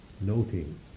Noting